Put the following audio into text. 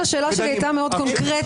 09:59) לכן השאלה שלי הייתה מאוד קונקרטית.